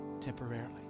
temporarily